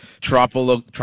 tropical